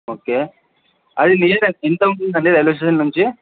okay అది లేదా ఎంతవుతుందండి రైల్వే స్టేషన్ నుంచి